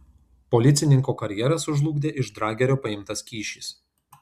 policininko karjerą sužlugdė iš dragerio paimtas kyšis